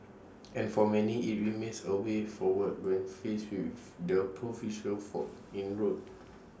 and for many IT remains A way forward when faced with the proverbial fork in road